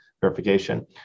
verification